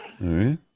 right